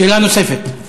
שאלה נוספת.